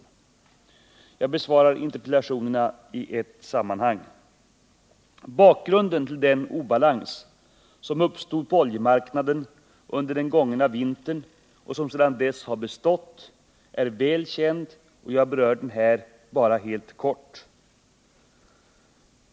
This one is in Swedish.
Jag besvarar interpellationerna i ett sammanhang. Bakgrunden till den obalans som uppstod på oljemarknaden under den gångna vintern och som sedan dess bestått är väl känd och jag berör den här bara helt kort.